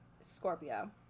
Scorpio